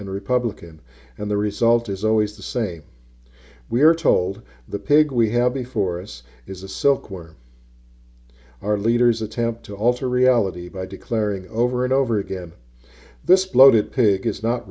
and republican and the result is always the same we are told the pig we have before us is a silkworm our leaders attempt to alter reality by declaring over and over again this bloated pig is not